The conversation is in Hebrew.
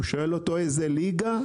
באיזו ליגה?